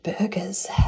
burgers